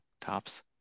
Tops